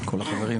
כל החברים,